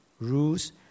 rules